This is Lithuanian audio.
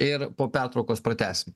ir po pertraukos pratęsim